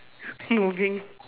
moving